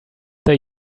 they